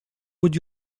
would